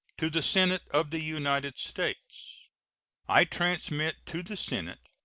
to the senate of the united states i transmit to the senate,